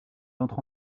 entre